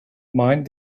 mind